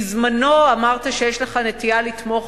בזמנו אמרת שיש לך נטייה לתמוך,